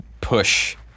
push